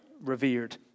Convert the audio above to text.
revered